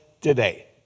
today